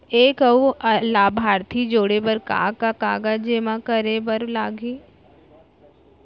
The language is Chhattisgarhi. एक अऊ लाभार्थी जोड़े बर का का कागज जेमा करे बर लागही?